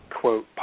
quote